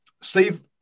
Steve